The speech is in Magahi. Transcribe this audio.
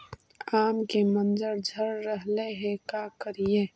आम के मंजर झड़ रहले हे का करियै?